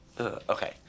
Okay